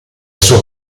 suo